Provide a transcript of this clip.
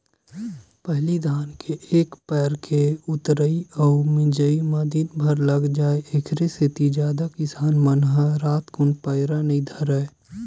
पहिली धान के एक पैर के ऊतरई अउ मिजई म दिनभर लाग जाय ऐखरे सेती जादा किसान मन ह रातकुन पैरा नई धरय